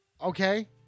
Okay